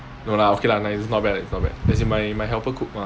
no lah okay lah nice not bad it's not bad as in my my helper cook mah